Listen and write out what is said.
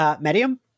Medium